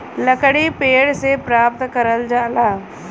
लकड़ी पेड़ से प्राप्त करल जाला